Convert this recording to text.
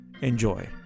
enjoy